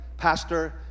pastor